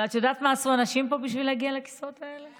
אבל את יודעת מה אנשים עשו פה בשביל להגיע לכיסאות האלה?